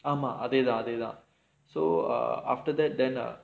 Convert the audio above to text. ஆமா அதேதான் அதேதான்:aamaa athaethaan athaethaan so err after that then err